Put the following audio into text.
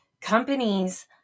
companies